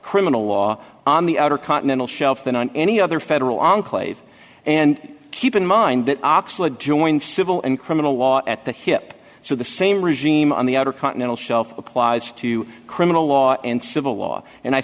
criminal law on the outer continental shelf than on any other federal enclave and keep in mind that oxford joined civil and criminal law at the hip so the same regime on the outer continental shelf applies to criminal law and civil law and i